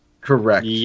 Correct